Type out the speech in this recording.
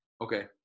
Okay